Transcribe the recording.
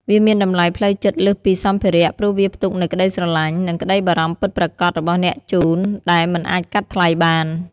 វាមានតម្លៃផ្លូវចិត្តលើសពីសម្ភារៈ ព្រោះវាផ្ទុកនូវក្ដីស្រឡាញ់ និងក្ដីបារម្ភពិតប្រាកដរបស់អ្នកជូន ដែលមិនអាចកាត់ថ្លៃបាន។